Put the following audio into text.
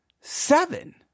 seven